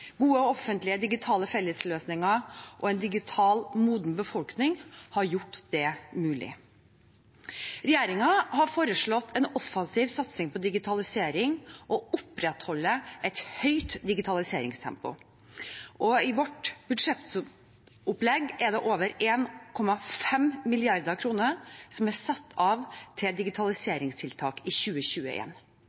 Gode mobil- og bredbåndsnett, gode offentlige digitale fellesløsninger og en digitalt moden befolkning har gjort det mulig. Regjeringen har foreslått en offensiv satsing på digitalisering og opprettholder et høyt digitaliseringstempo. I vårt budsjettopplegg er det over 1,5 mrd. kr som er satt av til digitaliseringstiltak i